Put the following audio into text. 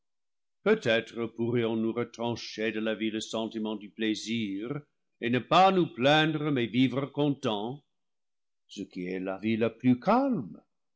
peut-être pourrions-nous retran cher de la vie le sentiment du plaisir et ne pas nous plaindre mais vivre contents ce qui est la vie la plus calme